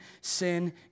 sin